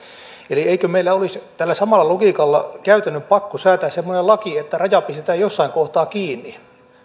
eli eikö meillä olisi tällä samalla logiikalla käytännön pakko säätää semmoinen laki että raja pistetään jossain kohtaa kiinni